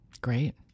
Great